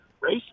race